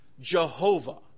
Jehovah